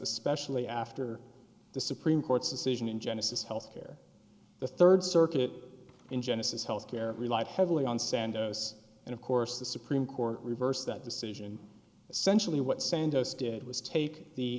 especially after the supreme court's decision in genesis health care the third circuit in genesis health care relied heavily on santos and of course the supreme court reversed that decision essentially what santos did was take the